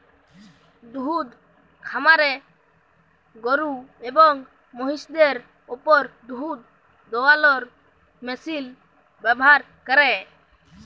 দুহুদ খামারে গরু এবং মহিষদের উপর দুহুদ দুয়ালোর মেশিল ব্যাভার ক্যরে